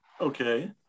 Okay